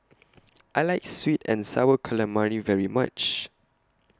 I like Sweet and Sour Calamari very much